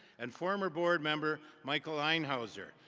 and former board member michael einhowser,